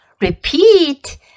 Repeat